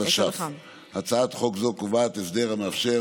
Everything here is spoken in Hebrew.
התש"ף 2020. הצעת חוק זו קובעת הסדר המאפשר